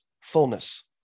fullness